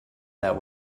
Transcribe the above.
that